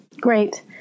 Great